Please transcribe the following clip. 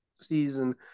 season